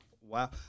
Wow